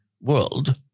world